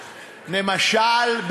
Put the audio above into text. למשל,